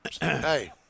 Hey